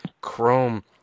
chrome